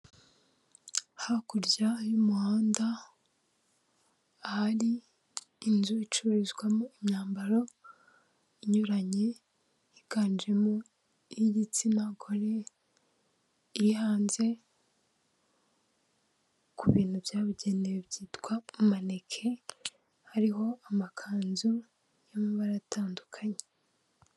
Hakurya y'umuhanda, ahari inzu icururizwamo imyambaro inyuranye, yiganjemo iy'igitsina gore, iri hanze ku bintu byabugenewe byitwa maneke, hariho amakanzu y'amabara atandukanye.